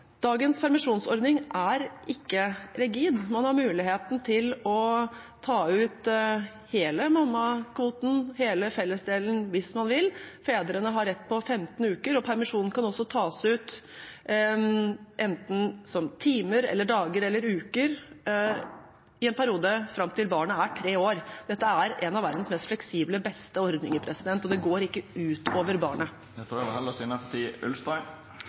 Dagens permisjonsordning er ikke rigid, man har muligheten til å ta ut hele mammakvoten, hele fellesdelen, hvis man vil. Fedrene har rett på 15 uker, og permisjonen kan også tas ut som enten timer, dager eller uker i en periode fram til barnet er tre år. Dette er en av verdens mest fleksible og beste ordninger, og den går ikke ut over barnet. Det vert opna for oppfølgingsspørsmål – først Dag-Inge Ulstein.